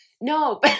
No